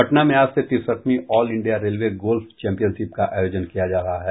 पटना में आज से तिरसठवीं all India railway golf championship का आयोजन किया जा रहा है